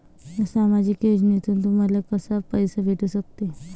सामाजिक योजनेतून तुम्हाले कसा पैसा भेटू सकते?